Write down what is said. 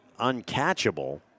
uncatchable